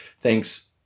thanks